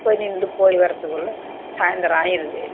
போய் நிந்து போய் வர்றதுக்குள்ள சாயந்தரம் ஆயிடுது